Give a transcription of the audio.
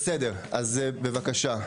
בסדר, אז בבקשה.